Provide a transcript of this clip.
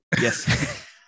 yes